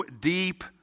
deep